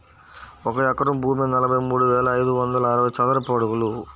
ఒక ఎకరం భూమి నలభై మూడు వేల ఐదు వందల అరవై చదరపు అడుగులు